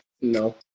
No